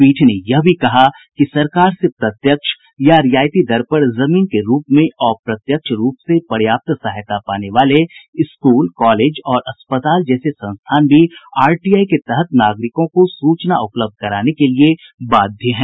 पीठ ने यह भी कहा कि सरकार से प्रत्यक्ष या रियायती दर पर जमीन के रूप में अप्रत्यक्ष रूप से पर्याप्त सहायता पाने वाले स्कूल कॉलेज और अस्पताल जैसे संस्थान भी आरटीआई कानून के तहत नागरिकों को सूचना उपलब्ध कराने के लिए बाध्य हैं